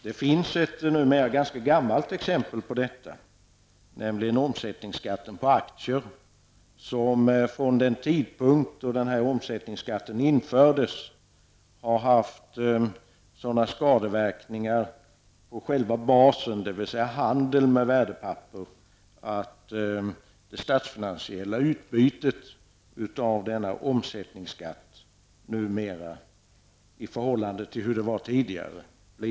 Det finns ett numera ganska gammalt exempel på detta, omsättningsskatten på aktier, som sedan den infördes har haft sådana skadeverkningar på själva basen, dvs. handeln med värdepapper, att det statsfinansiella utbytet av denna skatt numera blivit negativt i förhållande till hur det var tidigare.